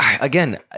Again